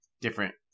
different